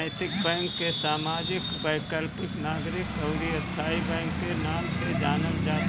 नैतिक बैंक के सामाजिक, वैकल्पिक, नागरिक अउरी स्थाई बैंक के नाम से जानल जात हवे